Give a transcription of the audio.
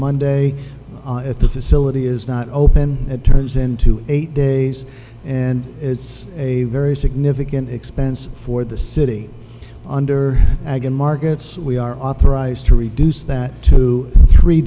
monday at the facility is not open it turns into eight days and it's a very significant expense for the city under agone markets we are authorized to reduce that to three